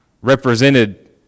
represented